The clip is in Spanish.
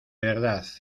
verdad